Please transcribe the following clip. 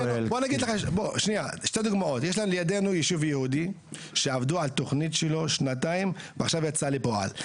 יש לידנו ישוב יהודי שעבדו על התכנית שלו שנתיים ועכשיו יצאה לפועל,